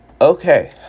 Okay